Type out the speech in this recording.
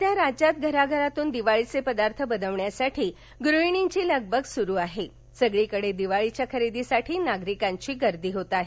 सध्या राज्यात घराघरातून दिवाळीचे पदार्थ बनवण्यासाठी गृहिणींची लगबग सुरु असून सगळीकडे दिवाळीच्या खरेदीसाठी नागरिकांची गर्दी होत आहे